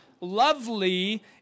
lovely